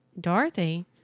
Dorothy